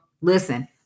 Listen